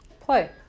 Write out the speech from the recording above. Play